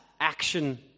action